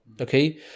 okay